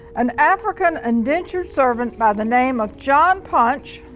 an african indentured servant by the name of john punch